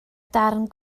darn